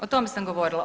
O tome sam govorila.